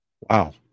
wow